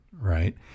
right